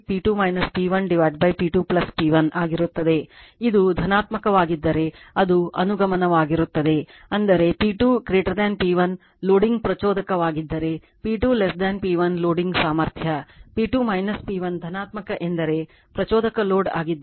ಆಗಿರುತ್ತದೆ ಈಗ ಧನಾತ್ಮಕವಾಗಿದ್ದರೆ ಅದು ಅನುಗಮನವಾಗಿರುತ್ತದೆ ಅಂದರೆ P2 P1 ಲೋಡಿಂಗ್ ಪ್ರಚೋದಕವಾಗಿದ್ದರೆ P2 P1 ಲೋಡಿಂಗ್ ಸಾಮರ್ಥ್ಯ P2 P1 ಧನಾತ್ಮಕ ಎಂದರೆ ಪ್ರಚೋದಕ ಲೋಡ್ ಆಗಿದ್ದರೆ